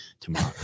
tomorrow